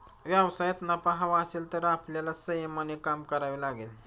व्यवसायात नफा हवा असेल तर आपल्याला संयमाने काम करावे लागेल